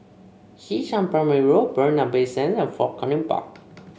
Xishan Primary Road Bay Sand and Fort Canning Park